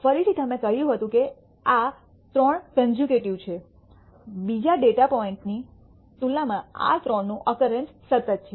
ફરીથી તમે કહ્યું હતું કે આ 3 કન્સેક્યટિવ છે બીજા કોઈ ડેટા પોઇન્ટની તુલનામાં આ 3 નું અકરન્સ સતત છે